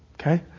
okay